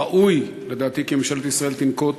ראוי, לדעתי, כי ממשלת ישראל תנקוט